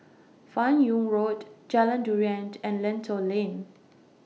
fan Yoong Road Jalan Durian and Lentor Lane